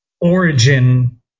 origin